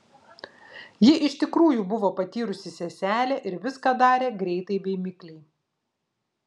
ji iš tikrųjų buvo patyrusi seselė ir viską darė greitai bei mikliai